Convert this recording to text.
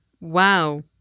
Wow